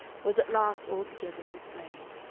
was at last altogether displayed.